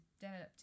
developed